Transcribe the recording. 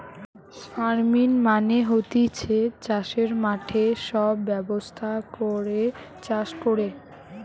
farming মানে হতিছে চাষের মাঠে সব ব্যবস্থা করে চাষ কোরে